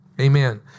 Amen